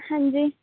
ਹਾਂਜੀ